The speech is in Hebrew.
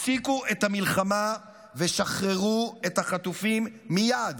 הפסיקו את המלחמה ושחררו את החטופים מייד.